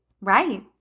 Right